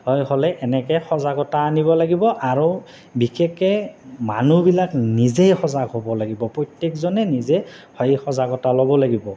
হয় হ'লে এনেকৈ সজাগতা আনিব লাগিব আৰু বিশেষকৈ মানুহবিলাক নিজেই সজাগ হ'ব লাগিব প্ৰত্যেকজনে নিজে সেই সজাগতা ল'ব লাগিব